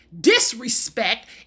Disrespect